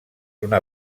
una